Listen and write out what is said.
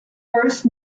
first